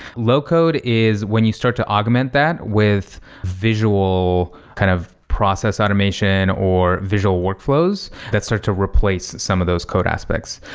low code is when you start to augment that with visual kind of process automation or visual workflows that start to replace some of those code aspects.